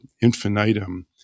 infinitum